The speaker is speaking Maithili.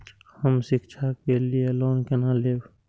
हम शिक्षा के लिए लोन केना लैब?